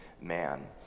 man